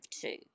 two